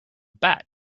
bat